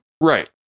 right